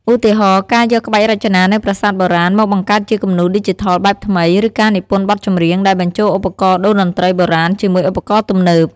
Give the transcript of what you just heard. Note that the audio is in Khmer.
ឧទាហរណ៍ ការយកក្បាច់រចនានៅប្រាសាទបុរាណមកបង្កើតជាគំនូរឌីជីថលបែបថ្មី ឬការនិពន្ធបទចម្រៀងដែលបញ្ចូលឧបករណ៍តូរ្យតន្ត្រីបុរាណជាមួយឧបករណ៍ទំនើប។